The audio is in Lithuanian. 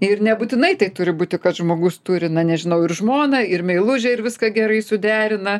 ir nebūtinai tai turi būti kad žmogus turi na nežinau ir žmoną ir meilužę ir viską gerai suderina